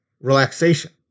relaxation